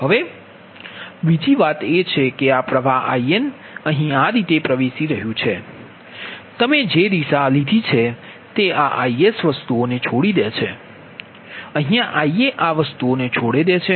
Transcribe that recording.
હવે બીજી વાત એ છે કે આ પ્ર્વાહ In અહીં આ રીતે પ્રવેશી રહ્યું છે તમે જે દિશામાં લીધી છે તે આ Iaવસ્તુને છોડી દે છે